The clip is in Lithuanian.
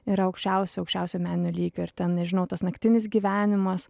yra aukščiausio aukščiausio meninio lygio ir ten nežinau tas naktinis gyvenimas